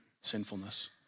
sinfulness